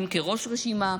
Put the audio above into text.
אם כראש רשימה,